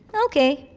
ok.